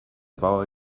bauer